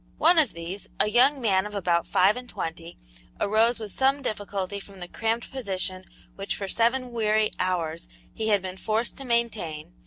one of these, a young man of about five-and-twenty, arose with some difficulty from the cramped position which for seven weary hours he had been forced to maintain,